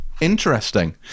Interesting